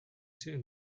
sitting